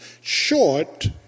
short